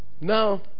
now